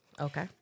Okay